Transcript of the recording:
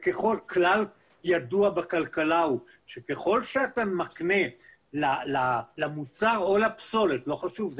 כלל ידוע בכלכלה הוא שככל שאתה מקנה למוצר או לפסולת לא חשוב,